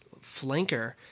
flanker